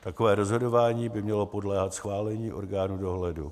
Takové rozhodování by mělo podléhat schválení orgánu dohledu.